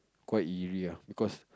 quite eerie ah because